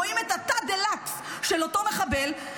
רואים את התא דה-לקס של אותו מחבל,